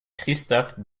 christophe